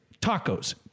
tacos